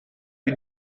più